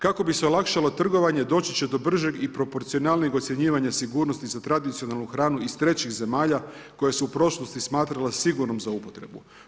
Kako bi se olakšalo trgovanje doći će do bržeg i proporcionalnijeg ocjenjivanja sigurnosti za tradicionalnu hranu iz trećih zemalja koje su u prošlosti smatrane sigurnom za upotrebu.